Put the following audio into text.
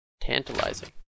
Tantalizing